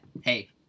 hey